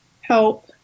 help